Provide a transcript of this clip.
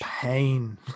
pain